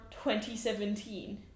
2017